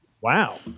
Wow